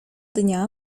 dnia